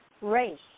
race